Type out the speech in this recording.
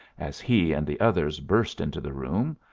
as he and the others burst into the room.